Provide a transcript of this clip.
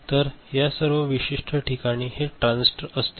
तर या सर्व विशिष्ट ठिकाणी हे ट्रान्झिस्टर असतील